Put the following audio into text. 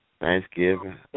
Thanksgiving